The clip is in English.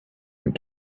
and